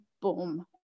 boom